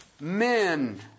men